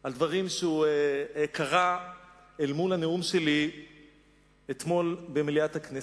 על דברים שהוא קרא אל מול הנאום שלי אתמול במליאת הכנסת.